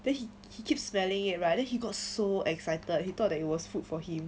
then he he keeps smelling it right he got so excited he thought that it was food for him